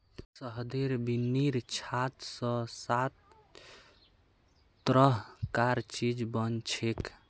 शहदेर बिन्नीर छात स सात तरह कार चीज बनछेक